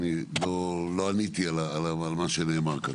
לא עניתי על מה שנאמר כאן.